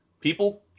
People